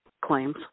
claims